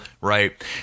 right